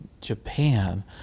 japan